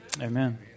Amen